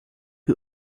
who